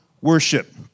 worship